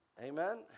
Amen